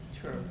true